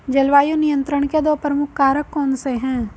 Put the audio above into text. जलवायु नियंत्रण के दो प्रमुख कारक कौन से हैं?